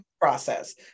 Process